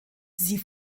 sie